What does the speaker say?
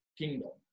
kingdom